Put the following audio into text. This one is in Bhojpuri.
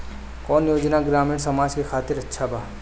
कौन योजना ग्रामीण समाज के खातिर अच्छा बा?